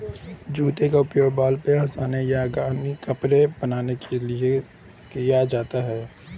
jute का उपयोग burlap hessian या गनी कपड़ा बनाने के लिए किया जाता है